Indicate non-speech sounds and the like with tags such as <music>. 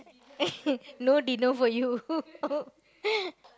<laughs> no dinner for you <laughs>